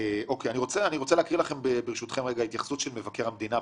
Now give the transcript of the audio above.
אני רוצה להקריא לכם התייחסות מבקר המדינה,